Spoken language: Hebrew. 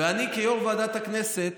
ואני כיו"ר ועדת הכנסת